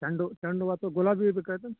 ಚೆಂಡು ಹೂ ಚೆಂಡು ಹೂ ಮತ್ತು ಗುಲಾಬಿ ಹೂ ಬೇಕಾಗಿತ್ತೇನು